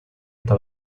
esto